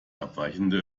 abweichende